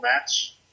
match